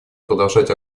продолжать